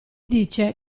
dice